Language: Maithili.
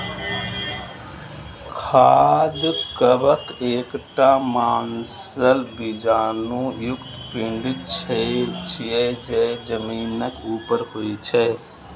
खाद्य कवक एकटा मांसल बीजाणु युक्त पिंड छियै, जे जमीनक ऊपर होइ छै